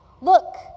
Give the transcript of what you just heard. Look